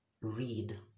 read